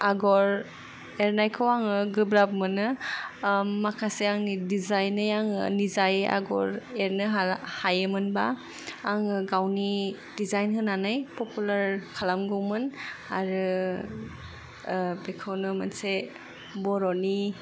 आगर एरनायखौ आङो गोब्राब मोनो माखासे आंनि डिजाइनि आंनि निजायै आगर एरनो हा हायोमोनब्ला आङो गावनि डिजाइन होनानै पपुलार खालामगौमोन आरो बेखौनो मोनसे बर'नि